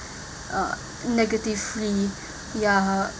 uh negatively ya